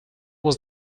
was